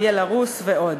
בלרוס ועוד.